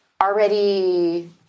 already